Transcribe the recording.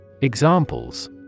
Examples